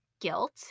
guilt